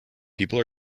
people